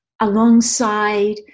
Alongside